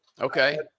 Okay